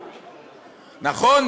נכון?